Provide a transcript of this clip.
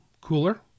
cooler